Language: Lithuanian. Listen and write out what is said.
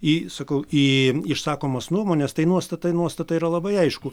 į sakau į išsakomas nuomones tai nuostatai nuostata yra labai aišku